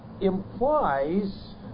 implies